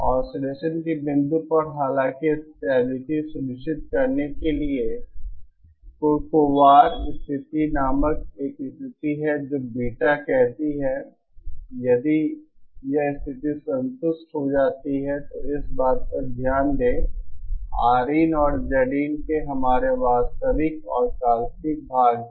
oscillation के बिंदु पर हालांकि स्टेबिलिटी सुनिश्चित करने के लिए कुरकोवार स्थिति नामक एक स्थिति है जो बीटा कहती है यदि यह स्थिति संतुष्ट हो जाती है तो इस पर ध्यान दें Rin और Zin के हमारे वास्तविक और काल्पनिक भाग है